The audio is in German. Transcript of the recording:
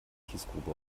kiesgrube